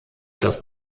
das